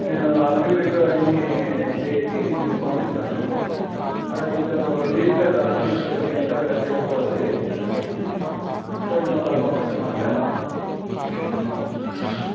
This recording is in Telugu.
నేను అగ్రిీమెంట్ అయన్నీ చేయిచ్చి మీకు పంపిస్తాను అది కొంచెం రిజిస్టర్ అగ్రిమెంట్ కొంచెం రిజిస్టర్ అట్లా చేసుకోవాలి కొంచెం అలా పంపండి మాట్లా